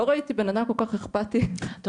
לא ראיתי בן אדם כל כך אכפתי --- טוב,